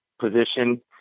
position